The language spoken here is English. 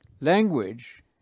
Language